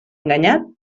enganyat